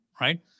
right